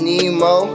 Nemo